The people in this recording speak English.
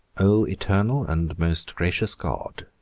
o eternal and most gracious god,